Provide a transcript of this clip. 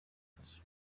akazi